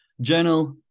journal